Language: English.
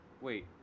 wait